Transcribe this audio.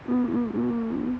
mmhmm